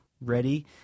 ready